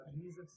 Jesus